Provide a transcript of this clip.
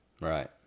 Right